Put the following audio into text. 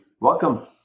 welcome